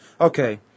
Okay